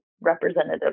representative